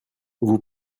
vous